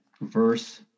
verse